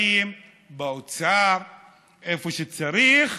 באים באוצר, איפה שצריך,